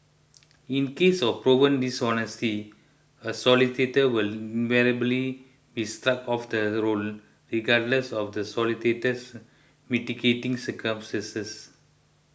in cases of proven dishonesty a solicitor will invariably be struck off the roll regardless of the solicitor's mitigating circumstances